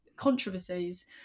controversies